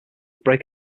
break